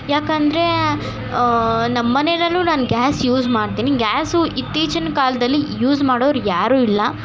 ಯಾಕಂದರೆ ನಮ್ಮಮನೇಯಲ್ಲೂ ನಾನು ಗ್ಯಾಸ್ ಯೂಸ್ ಮಾಡ್ತೀನಿ ಗ್ಯಾಸು ಇತ್ತೀಚಿನ ಕಾಲದಲ್ಲಿ ಯೂಸ್ ಮಾಡೋರು ಯಾರು ಇಲ್ಲ